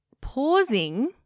Pausing